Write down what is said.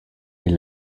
est